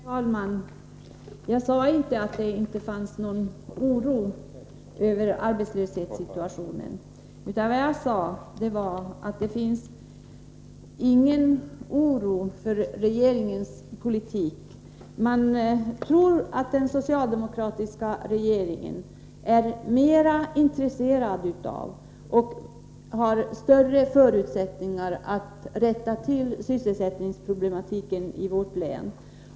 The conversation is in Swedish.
Herr talman! Jag sade inte att det inte finns någon oro över arbetslöshetssituationen, utan vad jag sade var att det inte finns någon oro över regeringens politik. Man tror att den socialdemokratiska regeringen är mer intresserad av och har större förutsättningar för att rätta till sysselsättningsproblematiken i vårt län.